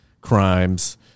crimes